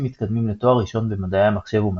מתקדמים לתואר ראשון במדעי המחשב ומתמטיקה.